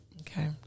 Okay